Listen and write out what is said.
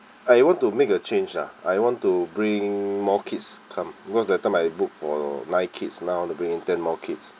I want to make a change lah I want to bring more kids come because that time I book for nine kids now I want to bring in ten more kids